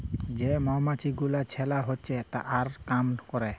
যে মমাছি গুলা ছেলা হচ্যে আর কাম ক্যরে